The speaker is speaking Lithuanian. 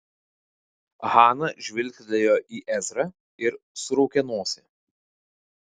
hana žvilgtelėjo į ezrą ir suraukė nosį